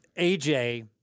AJ